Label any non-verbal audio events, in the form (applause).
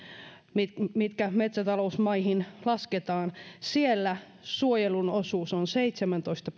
mitkä mitkä metsätalousmaihin lasketaan (unintelligible) suojelun osuus on seitsemäntoista (unintelligible)